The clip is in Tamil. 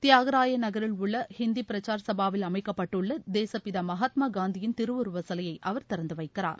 தியாகராய நகரில் உள்ள ஹந்தி பிரக்சார சபாவில் அமைக்கப்பட்டுள்ள தேசபிதா மகாத்மா காந்தியின் திருவுருவ சிலையை அவர் திறந்துவைக்கிறார்